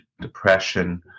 depression